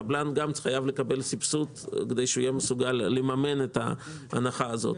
קבלן גם חייב לקבל סבסוד כדי שהוא יהיה מסוגל לממן את ההנחה הזו.